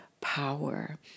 power